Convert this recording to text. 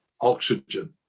oxygen